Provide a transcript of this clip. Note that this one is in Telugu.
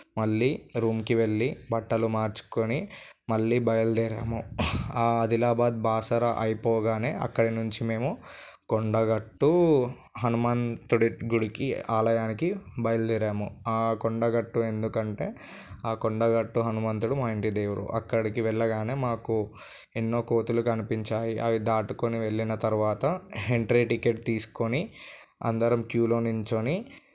మళ్ళీరూమ్కి వెళ్ళి బట్టలు మార్చుకొని మళ్ళీ బయలుదేరాము ఆ అదిలాబాద్ బాసర అయిపోగానే అక్కడి నుంచి మేము కొండగట్టు హనుమంతుడి గుడికి ఆలయానికి బయలుదేరాము ఆ కొండగట్టు ఎందుకంటే ఆ కొండగట్టు హనుమంతుడు మా ఇంటి దేవుడు అక్కడికి వెళ్ళగానే మాకు ఎన్నో కోతులు కనిపించాయి అవి దాటుకొని వెళ్ళిన తర్వాత ఎంట్రీ టికెట్ తీసుకొని అందరం క్యూలో నిల్చోని